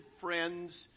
friends